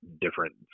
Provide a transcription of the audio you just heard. different